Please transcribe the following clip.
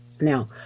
Now